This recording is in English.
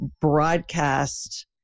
broadcast